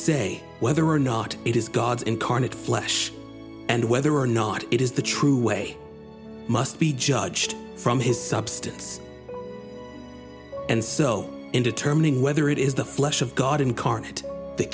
say whether or not it is god's incarnate flesh and whether or not it is the true way must be judged from his substance and so in determining whether it is the flesh of god in